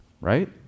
right